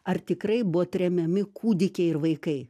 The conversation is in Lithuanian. ar tikrai buvo tremiami kūdikiai ir vaikai